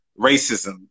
racism